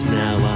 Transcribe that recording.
now